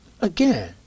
Again